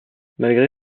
malgré